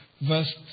verse